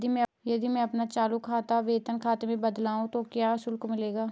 यदि मैं अपना चालू खाता वेतन खाते में बदलवाऊँ तो क्या कुछ शुल्क लगेगा?